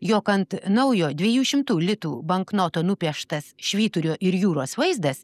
jog ant naujo dviejų šimtų litų banknoto nupieštas švyturio ir jūros vaizdas